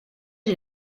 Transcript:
est